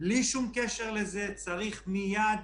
אז גם את הכסף הקטן הזה שמשמש אותנו